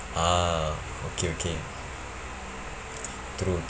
ah okay okay true